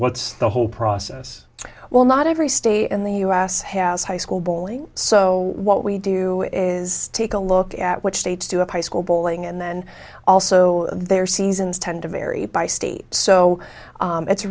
what's the whole process well not every state in the u s has high school bowling so what we do is take a look at which states do a high school bowling and then also their seasons tend to vary by state so it's